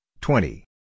twenty